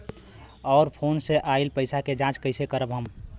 और फोन से आईल पैसा के जांच कैसे करब हम?